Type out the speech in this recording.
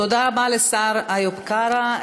תודה רבה לשר איוב קרא.